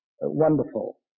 wonderful